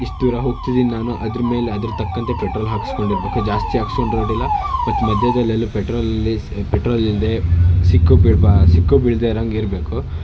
ಎಷ್ಟು ದೂರ ಹೋಗ್ತಿದ್ದೀನಿ ನಾನು ಅದ್ರ ಮೇಲೆ ಅದ್ರ ತಕ್ಕಂತೆ ಪೆಟ್ರೋಲ್ ಹಾಕಿಸ್ಕೊಂಡಿರ್ಬೇಕು ಜಾಸ್ತಿ ಹಾಕಿಸಿದ್ರೂ ಅಡ್ಡಿ ಇಲ್ಲ ಮತ್ತೆ ಮಧ್ಯದಲ್ಲೆಲ್ಲು ಪೆಟ್ರೋಲ್ ಇಲ್ಲದೆ ಪೆಟ್ರೋಲ್ ಇಲ್ಲದೇ ಸಿಕ್ಕು ಬೀಳ್ಬಾ ಸಿಕ್ಕು ಬೀಳ್ದಿರೋಂಗೆ ಇರಬೇಕು